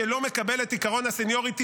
שלא מקבל את עקרון הסניוריטי,